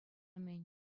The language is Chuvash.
мӗн